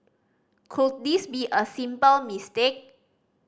could this be a simple mistake